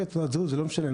תעודת זהות זה לא משנה,